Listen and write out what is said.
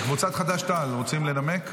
קבוצת חד"ש-תע"ל, רוצים לנמק?